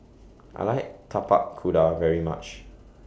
I like Tapak Kuda very much